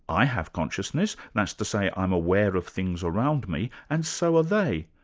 i have consciousness, that's to say i'm aware of things around me, and so are they,